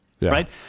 Right